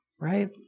Right